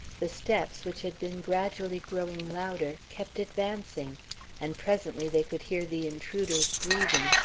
the steps, which had been gradually growing louder, kept advancing and presently they could hear the intruder's breathing,